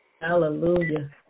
Hallelujah